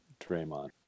Draymond